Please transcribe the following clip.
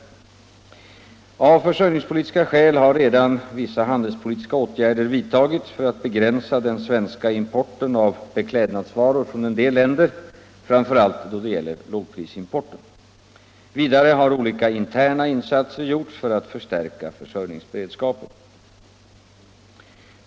Av försörjningspolitiska skäl har redan vissa handelspolitiska åtgärder vidtagits för att begränsa den svenska importen av beklädnadsvaror från en del länder, framför allt då det gäller lågprisimporten. Vidare har olika interna insatser gjorts för att stärka försörjningsberedskapen.